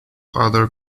other